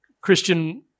Christian